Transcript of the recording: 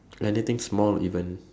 anything small even